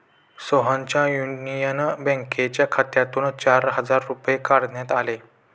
सोहनच्या युनियन बँकेच्या खात्यातून चार हजार रुपये काढण्यात आले